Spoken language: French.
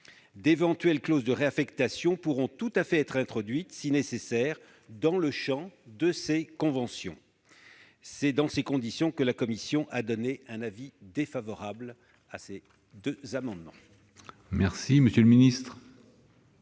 D'éventuelles clauses de réaffectation pourront tout à fait être introduites, si nécessaire, dans ces conventions. Dans ces conditions, la commission a émis un avis défavorable sur les deux amendements.